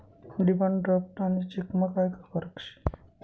demand draft आणि चेकमा काय फरक शे